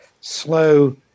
slow